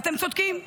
ואתם צודקים.